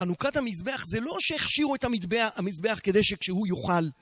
חנוכת המזבח זה לא שהכשירו את המטבע... המזבח כדי שכשהוא יוכל...